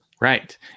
Right